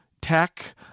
tech